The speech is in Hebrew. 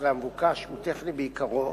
13 המבוקש הוא טכני בעיקרו,